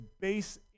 base